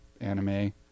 anime